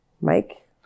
Mike